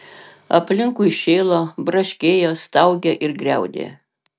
aplinkui šėlo braškėjo staugė ir griaudė